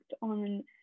on